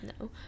No